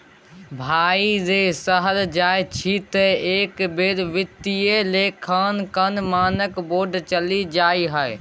भाय रे शहर जाय छी तँ एक बेर वित्तीय लेखांकन मानक बोर्ड चलि जइहै